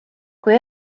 kui